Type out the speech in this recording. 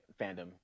fandom